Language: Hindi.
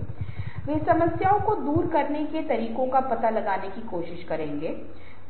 लोग एक स्थिति में हैं लोग हमेशा दूसरों को नीचा दिखाने की कोशिश करते हैं